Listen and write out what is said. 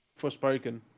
Forspoken